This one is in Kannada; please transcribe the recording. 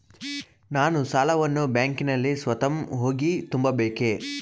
ನಾನು ಸಾಲವನ್ನು ಬ್ಯಾಂಕಿನಲ್ಲಿ ಸ್ವತಃ ಹೋಗಿ ತುಂಬಬೇಕೇ?